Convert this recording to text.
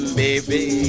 baby